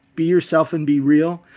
be yourself and be real.